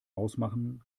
ausmachen